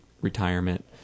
retirement